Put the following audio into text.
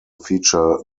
feature